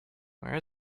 where